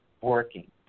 working